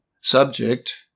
Subject